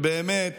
באמת